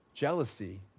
Jealousy